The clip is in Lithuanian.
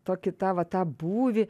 tokį tą va tą būvį